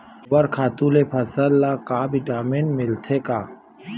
गोबर खातु ले फसल ल का विटामिन मिलथे का?